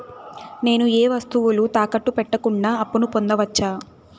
నేను ఏ వస్తువులు తాకట్టు పెట్టకుండా అప్పును పొందవచ్చా?